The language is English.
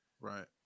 Right